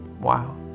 Wow